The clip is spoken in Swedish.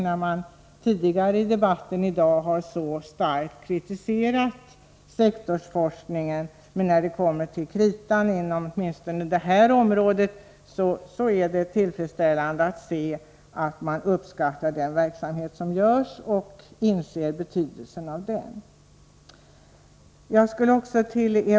De har ju tidigare under debatten i dag starkt kritiserat sektorsforskningen. Men när det kommer till kritan uppskattar de — åtminstone inom det här området — den verksamhet som bedrivs och inser betydelsen av den. Detta är ju i och för sig tillfredsställande.